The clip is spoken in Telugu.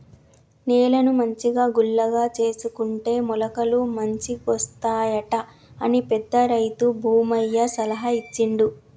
నేలను మంచిగా గుల్లగా చేసుకుంటే మొలకలు మంచిగొస్తాయట అని పెద్ద రైతు భూమయ్య సలహా ఇచ్చిండు